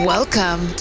Welcome